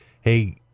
hey